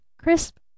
crisp